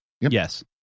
Yes